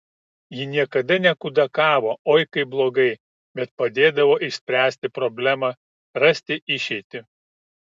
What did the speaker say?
ji niekada nekudakuodavo oi kaip blogai bet padėdavo išspręsti problemą rasti išeitį